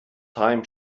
time